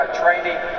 training